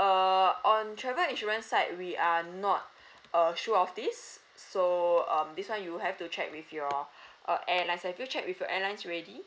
err on travel insurance side we are not uh sure of this so um this one you have to check with your uh airlines have you checked with your airlines already